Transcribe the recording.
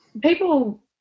People